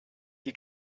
die